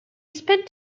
spent